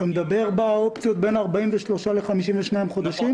אתה מדבר על האופציות בין 43 ל-52 חודשים?